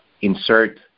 insert